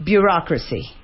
Bureaucracy